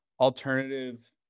alternative